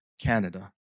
Canada